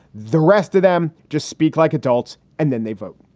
the rest of them just speak like adults and then they vote.